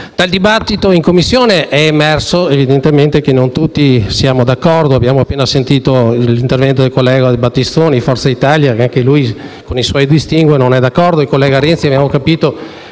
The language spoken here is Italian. Dal dibattito in Commissione è emerso evidentemente che non tutti siamo d'accordo, abbiamo appena sentito l'intervento del senatore Battistoni del Gruppo Forza Italia, che anche lui, con i suoi distinguo, non è d'accordo e il senatore Renzi, secondo il